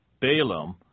Balaam